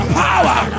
power